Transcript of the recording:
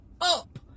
up